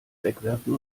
wegwerfen